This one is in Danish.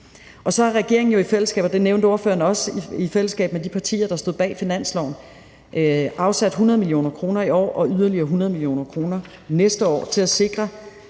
der stod bag finansloven, afsat 100 mio. kr. i år og yderligere 100 mio. kr. næste år til at sikre,